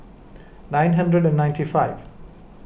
nine hundred and ninety five